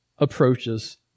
approaches